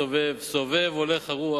סובב סבב הולך הרוח